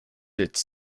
its